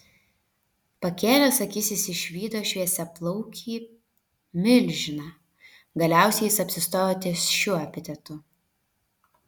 pakėlęs akis jis išvydo šviesiaplaukį milžiną galiausiai jis apsistojo ties šiuo epitetu